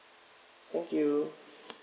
thank you